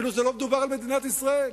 כאילו לא מדובר על מדינת ישראל.